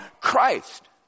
Christ